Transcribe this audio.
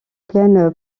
pleine